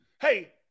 hey